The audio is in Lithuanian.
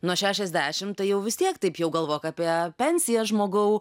nuo šešiasdešimt tai jau vis tiek taip jau galvok apie pensiją žmogau